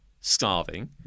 starving